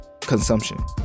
consumption